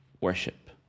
worship